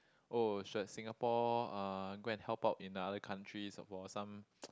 oh should Singapore uh go and help out in the other countries for some